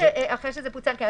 אז